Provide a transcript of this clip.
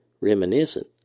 reminiscent